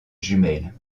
jumelles